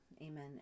Amen